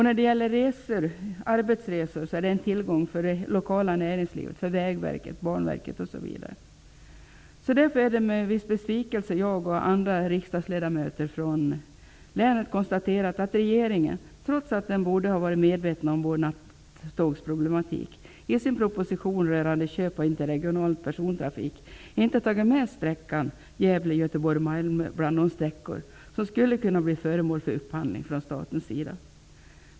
När det gäller arbetsresor är det en tillgång för det lokala näringslivet, för Vägverket, Banverket osv. Därför är det med en viss besvikelse jag och andra riksdagsledamöter från länet konstaterat att regeringen, trots att den borde vara medveten om vår nattågsproblematik, i sin proposition rörande köp av interregional persontrafik inte tagit med sträckan Gävle--Göteborg--Malmö bland de sträckor som skulle kunna bli föremål för upphandling från statens sida.